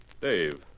Dave